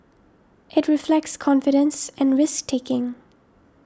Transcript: it reflects confidence and risk taking